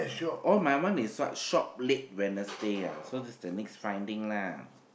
oh my one is what shop late Wednesday ah so this the next finding lah